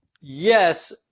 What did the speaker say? Yes